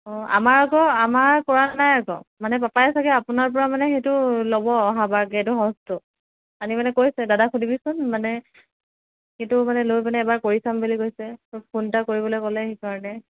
অঁ আমাৰ আকৌ আমাৰ কৰা নাই আকৌ মানে পাপায়ে চাগৈ আপোনাৰ পৰা মানে সেইটো ল'ব অহাবাৰকে সেইটো সঁচটো কালি মানে কৈছে দাদাক সুধিবিচোন মানে সেইটো মানে লৈ পিনে এবাৰ কৰি চাম বুলি কৈছে ফোন এটা কৰিবলৈ ক'লে সেইকাৰণে